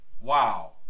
wow